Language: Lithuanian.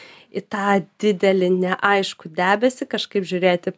į tą didelį neaišku debesį kažkaip žiūrėti